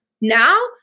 Now